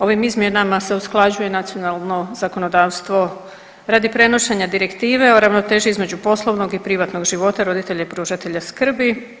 Ovim izmjenama se usklađuje nacionalno zakonodavstvo radi prenošenja Direktive o ravnoteži između poslovnog i privatnog života roditelja i pružatelja skrbi.